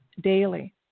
daily